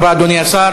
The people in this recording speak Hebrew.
תודה רבה, אדוני השר.